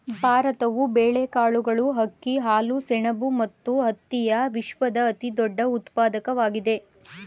ಭಾರತವು ಬೇಳೆಕಾಳುಗಳು, ಅಕ್ಕಿ, ಹಾಲು, ಸೆಣಬು ಮತ್ತು ಹತ್ತಿಯ ವಿಶ್ವದ ಅತಿದೊಡ್ಡ ಉತ್ಪಾದಕವಾಗಿದೆ